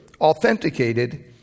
authenticated